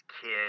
kid